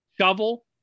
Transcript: Shovel